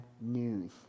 news